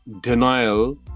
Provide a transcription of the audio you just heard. denial